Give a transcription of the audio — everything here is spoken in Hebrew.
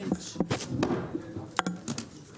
הישיבה ננעלה בשעה